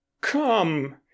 Come